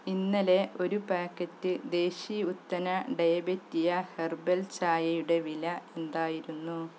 ഇന്നലെ ഒരു പാക്കറ്റ് ദേശി ഉത്തന ഡയബെറ്റിയ ഹെർബൽ ചായയുടെ വില എന്തായിരുന്നു